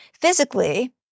physically